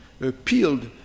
appealed